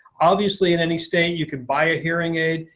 obviously in any state you can buy a hearing aid.